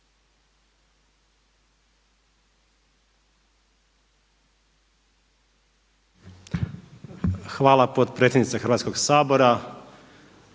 uvažena potpredsjednica Hrvatskog sabora